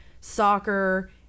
soccer